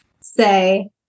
say